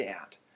out